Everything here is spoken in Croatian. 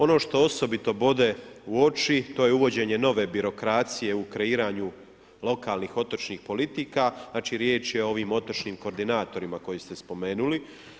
Ono što osobito bode u oči to je uvođenje nove birokracije u kreiranju lokalnih otočnih politika, znači riječ je o ovim otočnim koordinatorima koje ste spomenuli.